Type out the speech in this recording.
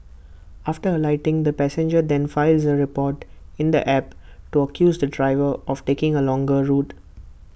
after alighting the passenger then files A report in the app to accuse the driver of taking A longer route